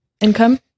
income